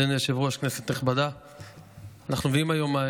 הסעיף הבא על סדר-היום: